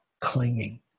clinging